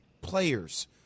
players